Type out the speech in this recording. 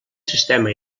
sistema